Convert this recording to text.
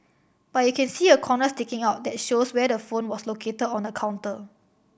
but you can see a corner sticking out that shows where the phone was located on the counter